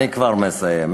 אני כבר מסיים.